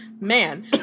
Man